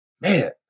man